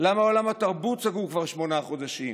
למה עולם התרבות סגור כבר שמונה חודשים?